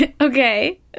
Okay